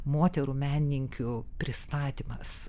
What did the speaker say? moterų menininkių pristatymas